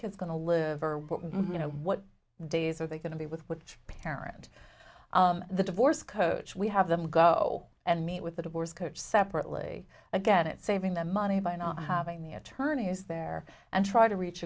kids going to live or what you know what days are they going to be with which parent the divorce coach we have them go and meet with the divorce coach separately again it's saving them money by not having the attorney is there and try to reach